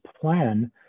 plan